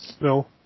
No